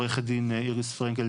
עו"ד איריס פרנקל,